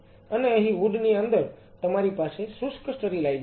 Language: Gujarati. અને અહીં હૂડ ની અંદર તમારી પાસે શુષ્ક સ્ટરીલાઈઝેશન છે